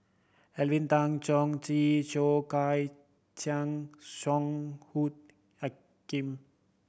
Alvin Tan Cheong Soh Kay Siang Song Hoot